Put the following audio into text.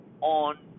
on